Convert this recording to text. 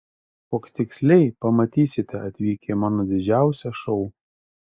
koks tiksliai pamatysite atvykę į mano didžiausią šou